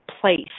place